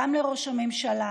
גם לראש הממשלה,